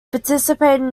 participated